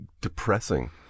depressing